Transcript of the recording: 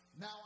Now